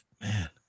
man